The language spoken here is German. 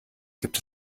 gibt